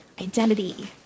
identity